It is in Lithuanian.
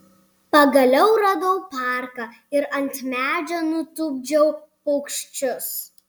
pagaliau radau parką ir ant medžio nutupdžiau paukščius